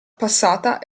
passata